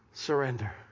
Surrender